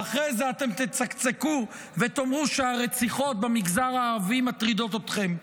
ואחרי זה אתם תצקצקו ותאמרו שהרציחות במגזר הערבי מטרידות אתכם.